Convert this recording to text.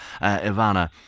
Ivana